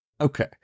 Okay